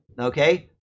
okay